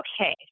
Okay